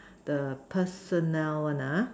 the personnel one ah